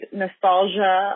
nostalgia